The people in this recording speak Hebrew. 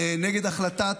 נגד ההחלטה